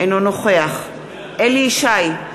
אינו נוכח אליהו ישי,